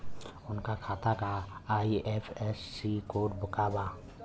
उनका खाता का आई.एफ.एस.सी कोड का बा?